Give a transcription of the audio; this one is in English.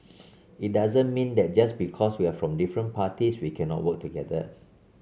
it doesn't mean that just because we're from different parties we cannot work together